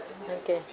okay